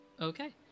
Okay